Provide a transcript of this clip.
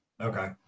Okay